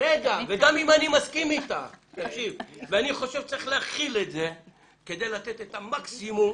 אני מסכים איתה ואני חושב שצריך להחיל את זה כדי לתת את המקסימום,